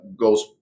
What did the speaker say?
goes